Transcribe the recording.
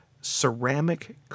ceramic